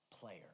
player